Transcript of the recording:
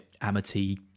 amity